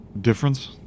difference